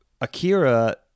Akira